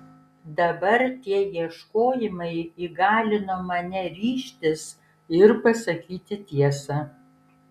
dabar tie ieškojimai įgalino mane ryžtis ir pasakyti tiesą